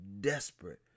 desperate